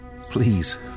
Please